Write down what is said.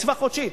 בקצבה חודשית.